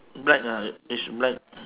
black ah it's black